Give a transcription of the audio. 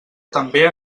també